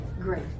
great